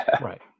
Right